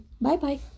Bye-bye